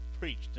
preached